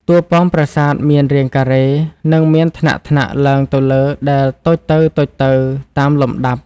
តួប៉មប្រាសាទមានរាងការ៉េ និងមានថ្នាក់ៗឡើងទៅលើដែលតូចទៅៗតាមលំដាប់។